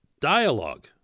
dialogue